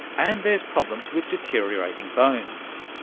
and there's problems with deteriorating bones.